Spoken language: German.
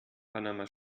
panama